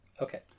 Okay